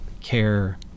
care